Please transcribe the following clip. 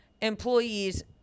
employees